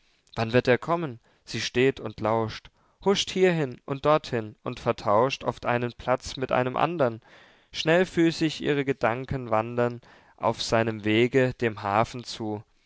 wann wird er kommen sie steht und lauscht huscht hierhin und dorthin und vertauscht oft einen platz mit einem andern schnellfüßig ihre gedanken wandern auf seinem wege dem hafen zu